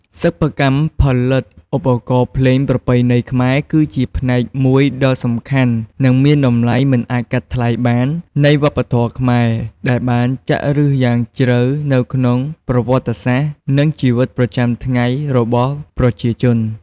សិប្បកម្មផលិតឧបករណ៍ភ្លេងប្រពៃណីខ្មែរ គឺជាផ្នែកមួយដ៏សំខាន់ និងមានតម្លៃមិនអាចកាត់ថ្លៃបាននៃវប្បធម៌ខ្មែរ ដែលបានចាក់ឫសយ៉ាងជ្រៅទៅក្នុងប្រវត្តិសាស្ត្រ និងជីវិតប្រចាំថ្ងៃរបស់ប្រជាជន។